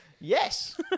Yes